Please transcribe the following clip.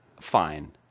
fine